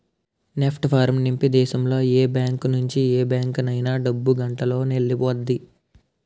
NEFT form నింపి దేశంలో ఏ బ్యాంకు నుంచి ఏ బ్యాంక్ అయినా డబ్బు గంటలోనెల్లిపొద్ది